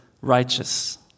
righteous